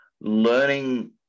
learning